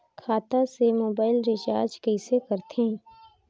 खाता से mobile recharge कइसे करथे